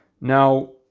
Now